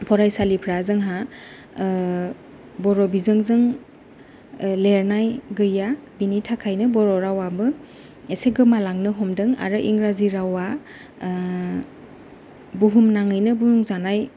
फरायसालिफ्रा जोंहा बर' बिजों जों लेरनाय गैया बिनि थाखायनो बर' रावा बो एसे गोमालांनो हमदों आरो इंराजि रावा बुहुमनाङैनो बुंजानाय